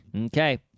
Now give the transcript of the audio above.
Okay